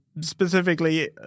specifically